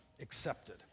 accepted